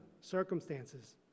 circumstances